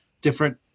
different